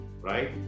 right